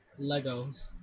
Legos